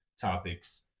topics